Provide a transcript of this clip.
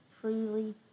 freely